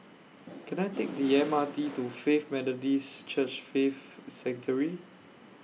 Can I Take The M R T to Faith Methodist Church Faith Sanctuary